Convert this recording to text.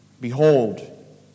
behold